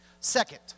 Second